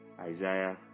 Isaiah